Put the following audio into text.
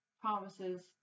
promises